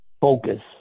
focus